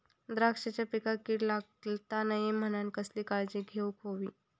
द्राक्षांच्या पिकांक कीड लागता नये म्हणान कसली काळजी घेऊक होई?